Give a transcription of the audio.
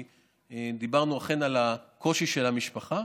כי אכן דיברנו על הקושי של המשפחה,